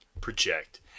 project